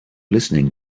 listening